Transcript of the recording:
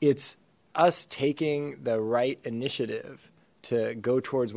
it's us taking the right initiative to go towards